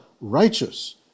righteous